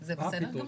זה בסדר גמור.